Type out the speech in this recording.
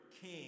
king